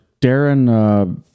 Darren